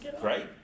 Great